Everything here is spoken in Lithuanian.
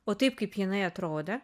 o taip kaip jinai atrodė